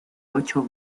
ocho